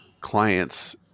clients